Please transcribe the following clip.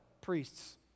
priests